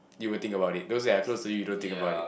you will think about it those are close you don't think about it